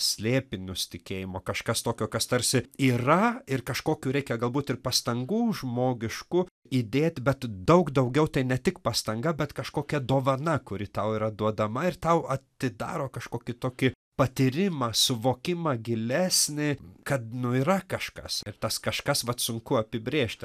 slėpinius tikėjimą kažkas tokio kas tarsi yra ir kažkokių reikia galbūt ir pastangų žmogiškų įdėt bet daug daugiau tai ne tik pastanga bet kažkokia dovana kuri tau yra duodama ir tau atidaro kažkokį tokį patyrimą suvokimą gilesnį kad nu yra kažkas ir tas kažkas vat sunku apibrėžti